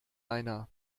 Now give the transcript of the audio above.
einer